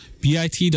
bit